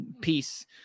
peace